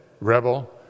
rebel